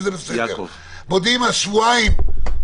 על שבועיים,